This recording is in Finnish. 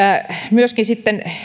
myöskin sitten